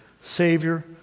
Savior